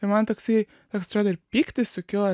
ir man toksai toks atrodo ir pyktis sukilo